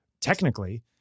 Technically